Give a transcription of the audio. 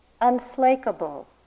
Unslakable